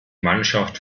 mannschaft